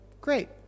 great